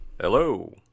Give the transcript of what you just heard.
Hello